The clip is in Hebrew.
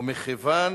ומכיוון